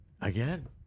Again